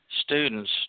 students